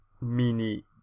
Mini